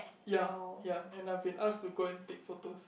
ya ya and I've been asked to go and take photos